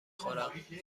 خورم